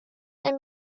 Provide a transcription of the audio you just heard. and